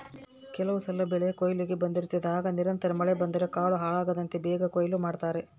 ಕೆಲವುಸಲ ಬೆಳೆಕೊಯ್ಲಿಗೆ ಬಂದಿರುತ್ತದೆ ಆಗ ನಿರಂತರ ಮಳೆ ಬಂದರೆ ಕಾಳು ಹಾಳಾಗ್ತದಂತ ಬೇಗ ಕೊಯ್ಲು ಮಾಡ್ತಾರೆ